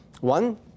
One